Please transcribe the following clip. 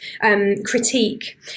critique